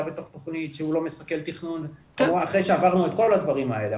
בתוך תכנית שהוא לא מסכל תכנון ואחרי שעברנו את כל הדברים האלה,